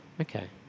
Okay